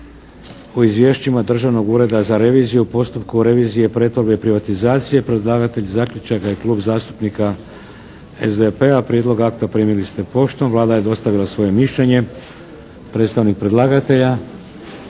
u izvješćima Državnom ureda za reviziju u postupku revizije, pretvorbe i privatizacije. Predlagatelj zaključaka je Klub zastupnika SDP-a. Prijedlog akta primili ste poštom. Vlada je dostavila svoje mišljenje. Predstavnik predlagatelja,